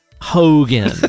Hogan